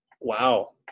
Wow